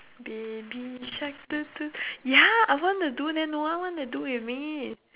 baby shark do do ya I wanna do it no one wanna do with me